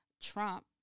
Trump